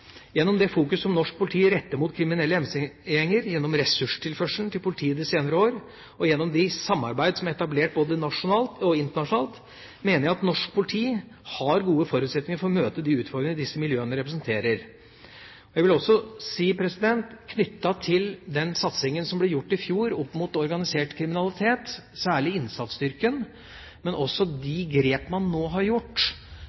Gjennom det fokus som norsk politi retter mot kriminelle MC-gjenger, gjennom ressurstilførselen til politiet de senere år og gjennom det samarbeid som er etablert både nasjonalt og internasjonalt, mener jeg at norsk politi har gode forutsetninger for å møte de utfordringene disse miljøene representerer. Jeg vil også si litt knyttet til den satsingen som ble gjort i fjor opp mot organisert kriminalitet, særlig innsatsstyrken,